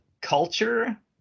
culture